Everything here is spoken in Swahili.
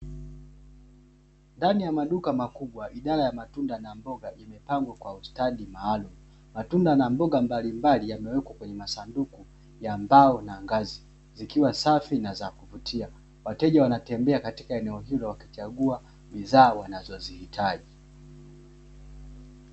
Ndani ya maduka makubwa, idara ya matunda na mboga imepangwa kwa ustadi maalumu. Matunda na mboga mbalimbali yamewekwa kwenye masanduku ya mbao na ngazi zikiwa safi na zakuvutia. Wateja wanatembea katika eneo hilo wakichagua bidhaa wanazozihitaji.